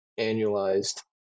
annualized